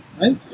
Right